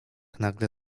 nagle